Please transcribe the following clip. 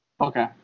Okay